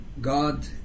God